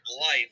life